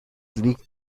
liegt